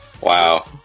Wow